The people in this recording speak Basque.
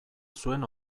zuen